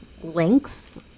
links